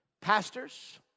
Pastors